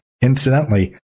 Incidentally